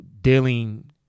dealing